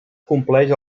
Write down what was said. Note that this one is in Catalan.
compleix